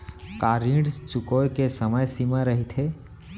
का ऋण चुकोय के समय सीमा रहिथे?